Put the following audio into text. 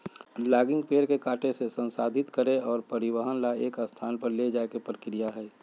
logging पेड़ के काटे से, संसाधित करे और परिवहन ला एक स्थान पर ले जाये के प्रक्रिया हई